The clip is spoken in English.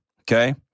Okay